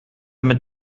mit